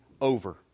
over